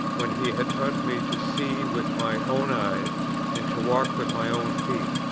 when he had taught me to see with my own eyes and to walk with my own feet.